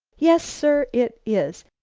yes, sir, it is!